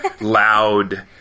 loud